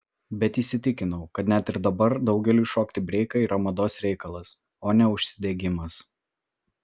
bet įsitikinau kad net ir dabar daugeliui šokti breiką yra mados reikalas o ne užsidegimas